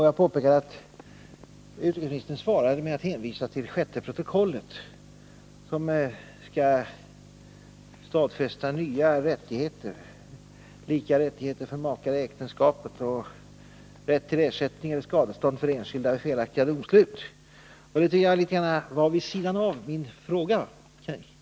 Jag påpekade att utrikesministern svarade genom att hänvisa till sjätte protokollet, som skall stadfästa nya rättigheter, lika rättigheter för makar i äktenskapet och rätt till ersättning eller skadestånd för enskilda vid felaktiga domslut. Det svaret tycker jag ligger litet vid sidan av min fråga.